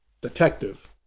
Detective